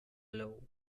low